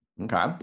Okay